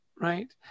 right